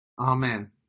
Amen